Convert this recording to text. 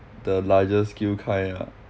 the larger scale kind ah